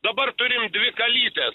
dabar turim dvi kalytes